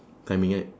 timing right